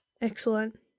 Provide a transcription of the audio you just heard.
Excellent